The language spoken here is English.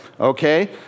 okay